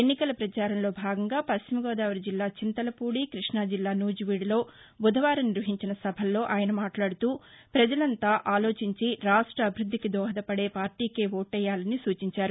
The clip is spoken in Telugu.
ఎన్నికల ప్రచారంలో భాగంగా పశ్చిమ గోదావరి జిల్లా చింతలపూడి క్బష్టాజిల్లా నూజివీడులో బుధవారం నిర్వహించిన సభల్లో ఆయన మాట్లాడుతూవజలంతా ఆలోచించి రాష్ట అభివృద్దికి దోహదపడే పార్లీకి ఓటెయ్యాలని సూచించారు